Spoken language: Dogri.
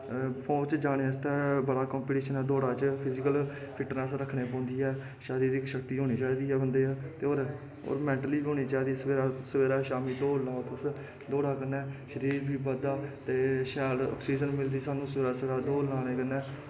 फौज़ च जाने आस्तै बड़ा कंपिटिशन ऐ दौड़ा च फिट्टनैस रक्खनी पौंदी ऐ शारिरिक सफुर्ती होनी चाहिदी ऐ ते हर मैंन्टली बी होनी चाहिदी सवेरै शामीं दौड़ लाओ तुस दौड़ा कन्नै शरीर बी बदधा दे शैल आकसीज़न बी मिलदी सानूं सवेरै सवेरै दौड़ लाने कन्नै